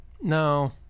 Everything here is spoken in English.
No